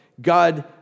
God